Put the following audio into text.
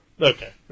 Okay